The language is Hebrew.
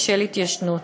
בשל התיישנות.